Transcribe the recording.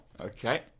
Okay